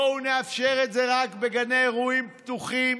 בואו נאפשר את זה רק בגני אירועים פתוחים